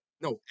No